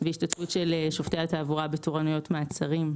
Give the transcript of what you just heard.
והשתתפות של שופטי התעבורה בתורנויות מעצרים,